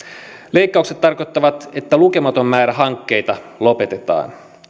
leikkaukset tarkoittavat että lukematon määrä hankkeita lopetetaan